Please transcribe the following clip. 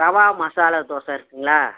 ரவா மசாலா தோசை இருக்குதுங்களா